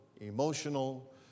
emotional